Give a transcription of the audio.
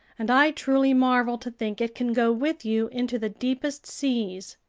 and i truly marvel to think it can go with you into the deepest seas.